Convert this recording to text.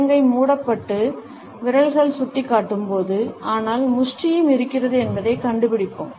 உள்ளங்கை மூடப்பட்டு விரல்கள் சுட்டிக்காட்டும்போது ஆனால் முஷ்டியும் இருக்கிறது என்பதைக் கண்டுபிடிப்போம்